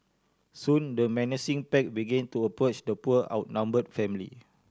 soon the menacing pack began to approach the poor outnumbered family